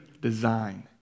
design